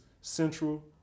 central